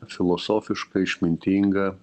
filosofiška išmintinga